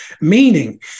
meaning